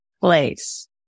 place